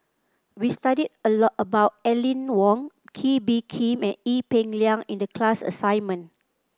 we studied a lot about Aline Wong Kee Bee Khim and Ee Peng Liang in the class assignment